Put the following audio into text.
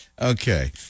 Okay